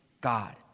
God